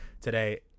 today